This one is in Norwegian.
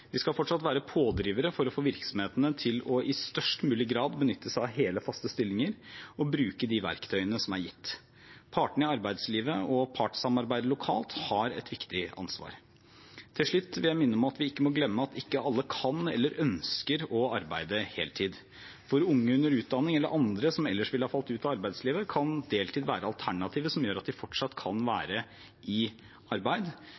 Vi skal fortsatt være pådrivere for å få virksomhetene til i størst mulig grad å benytte seg av hele, faste stillinger og bruke de verktøyene som er gitt. Partene i arbeidslivet, og partssamarbeidet lokalt, har et viktig ansvar. Til slutt vil jeg minne om at vi ikke må glemme at ikke alle kan eller ønsker å arbeide heltid. For unge under utdanning eller for dem som ellers ville ha falt ut av arbeidslivet, kan deltid være det alternativet som gjør at de kan være i arbeid.